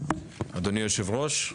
אדוני היושב-ראש,